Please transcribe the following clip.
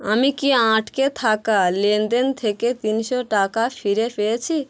আমি কি আটকে থাকা লেনদেন থেকে তিনশো টাকা ফিরে পেয়েছি